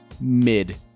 mid